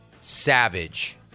Savage